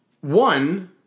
one